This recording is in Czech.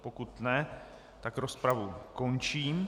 Pokud ne, tak rozpravu končím.